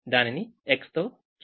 దానిని X తో చూపిస్తున్నాము